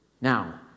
Now